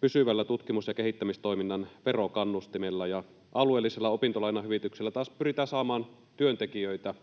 pysyvillä tutkimus‑ ja kehittämistoiminnan verokannustimilla, ja alueellisilla opintolainahyvityksillä taas pyritään saamaan työntekijöitä